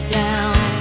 down